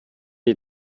die